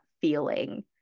feeling